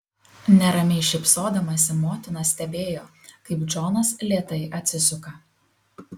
neramiai šypsodamasi motina stebėjo kaip džonas lėtai atsisuka